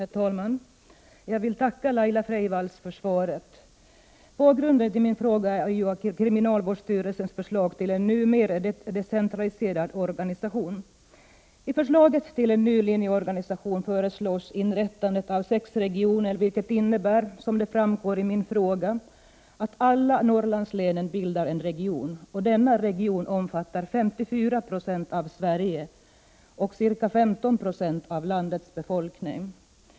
Herr talman! Jag vill tacka Laila Freivalds för svaret. Bakgrunden till min fråga är kriminalvårdsstyrelsens förslag till en ny, mer decentraliserad organisation. I förslaget till ny linjeorganisation ingår att sex regioner inrättas, vilket innebär att alla Norrlandslänen bildar en region. Denna region omfattar 54 96 av Sveriges yta och ca 15 96 av landets befolkning.